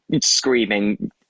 screaming